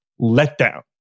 letdown